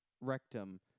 rectum